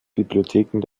bibliotheken